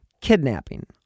kidnapping